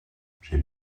j’ai